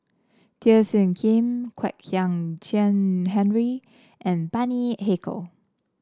Teo Soon Kim Kwek Hian Chuan Henry and Bani Haykal